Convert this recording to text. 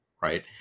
right